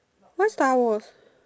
why Star Wars